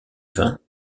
vin